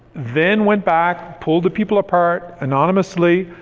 then went back, pulled the people apart, anonymously,